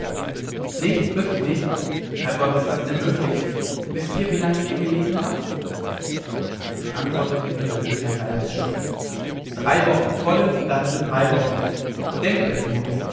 nicht wirklich nicht herr gott ist das denn möglich wißt ihr wie lange ihr hier gelegen habt ich antwortete wieder durch ein leises schütteln drei wochen volle ganze drei wochen denkt euch nur